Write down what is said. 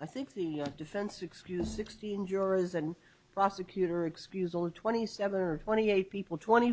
i think the defense excuse sixteen jurors and prosecutor excuse only twenty seven or twenty eight people twenty